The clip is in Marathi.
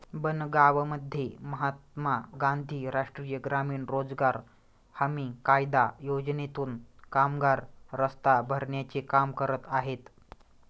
बनगावमध्ये महात्मा गांधी राष्ट्रीय ग्रामीण रोजगार हमी कायदा योजनेतून कामगार रस्ता भरण्याचे काम करत आहेत